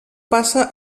passa